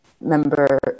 Member